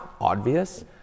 obvious